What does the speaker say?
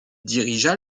dirigea